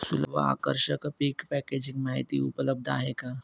सुलभ व आकर्षक पीक पॅकेजिंग माहिती उपलब्ध आहे का?